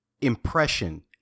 impression